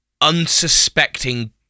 unsuspecting